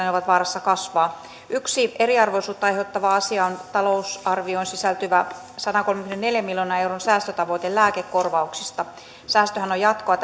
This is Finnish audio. ne ovat vaarassa kasvaa yksi eriarvoisuutta aiheuttava asia on talousarvioon sisältyvä sadankolmenkymmenenneljän miljoonan euron säästötavoite lääkekorvauksista säästöhän on jatkoa